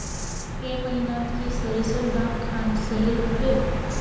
ए महीनात की सरिसर दाम खान सही रोहवे?